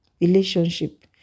relationship